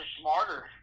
smarter